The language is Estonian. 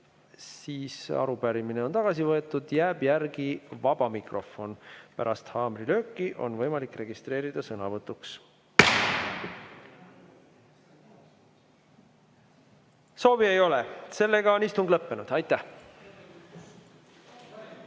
Arupärimine on tagasi võetud. Jääb järgi vaba mikrofon. Pärast haamrilööki on võimalik registreeruda sõnavõtuks. Soovi ei ole. Seega on istung lõppenud. Aitäh!